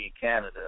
Canada